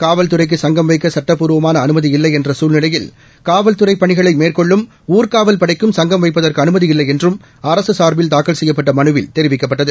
காவல்துறைக்கு சங்கம் வைக்க சட்டபூர்வமான அனுமதி இல்லை என்ற சூழ்நிலையில் காவல்துறை பணிகளை மேற்கொள்ளும் ஊர்க்காவல் படைக்கும் சங்கம் வைப்பதற்கு அனுமதி இல்லை என்றும் அரசு சார்பில் தாக்கல் செய்யப்பட்ட மனுவில் தெரிவிக்கப்பட்டது